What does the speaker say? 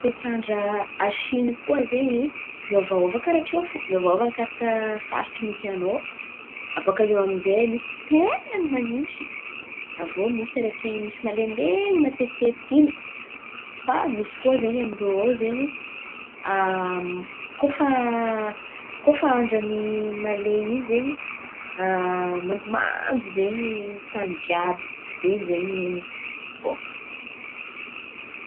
Toetrandra a Siny koa zen̈y miôvaôva karàha tio fo. Miôvaôva arakaraka faritry misy anao. Abôka iô aminjay misy ten̈a manintsy. Avô misy araiky misy malen̈ilen̈y matetitetiky in̈y. Fa misy koa zen̈y amin-drô ao zen̈y koa fa koa fa andra mahalen̈y in̈y zen̈y mandomando zen̈y tan̈y jiàby de zen̈y ze.